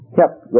kept